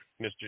Mr